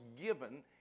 given